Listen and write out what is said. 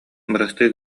бырастыы